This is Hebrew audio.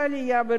בראשותו